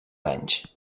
anys